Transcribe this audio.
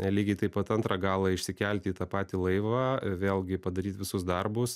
lygiai taip pat antrą galą išsikelti į tą patį laivą vėlgi padaryt visus darbus